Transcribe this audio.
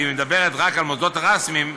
מדברת רק על מוסדות רשמיים,